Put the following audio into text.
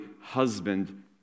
husband